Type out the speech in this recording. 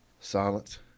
Silence